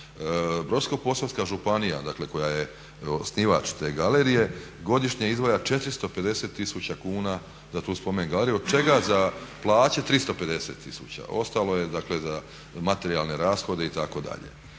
Brodsko-posavska županija dakle koja je osnivač te galerije godišnje izdvaja 450 tisuća kuna za tu spomen galeriju od čega za plaće 350 tisuća, ostalo je dakle za materijalne rashode itd..